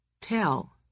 tell